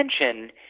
attention